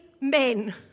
men